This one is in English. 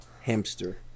Hamster